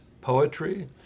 poetry